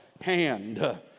hand